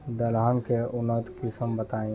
दलहन के उन्नत किस्म बताई?